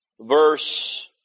verse